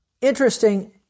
interesting